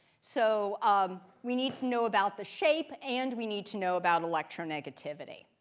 so um we need to know about the shape, and we need to know about electronegativity.